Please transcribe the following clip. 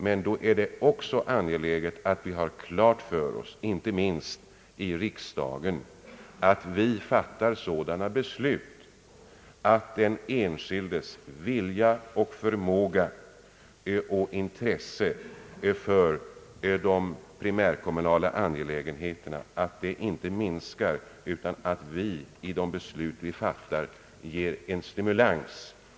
Men då är det också angeläget att vi i riksdagen har klart för oss att vi måste fatta sådana beslut att den enskildes vilja, förmåga och intresse för de primärkommunala angelägenheterna inte minskar. I de beslut vi fattar måste vi ge en stimulans.